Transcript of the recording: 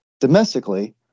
Domestically